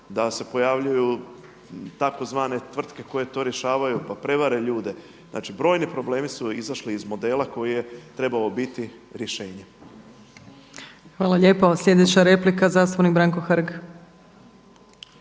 da se pojavljuju tzv. tvrtke koje to rješavaju, pa prevare ljude. Znači, brojni su problemi izašli iz modela koji je trebao biti rješenje. **Opačić, Milanka (SDP)** Hvala lijepa. Sljedeća replika, zastupnik Branko Hrg.